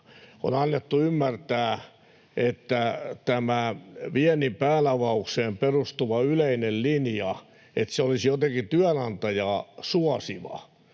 on annettu ymmärtää, että tämä viennin päänavaukseen perustuva yleinen linja olisi jotenkin työnantajaa suosiva,